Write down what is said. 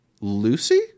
Lucy